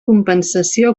compensació